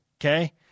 Okay